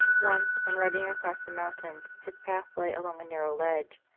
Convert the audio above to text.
once, when riding across the mountains, his path lay along a narrow ledge,